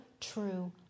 true